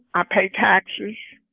i pay taxes.